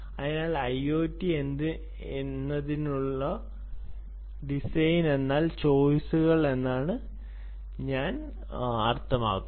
അതിനാൽ IoT എന്നതിനായുള്ള design എന്നാൽ ചോയിസുകൾ എന്നാണ് അർത്ഥമാക്കുന്നത്